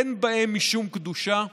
אין בהם משום קדושה,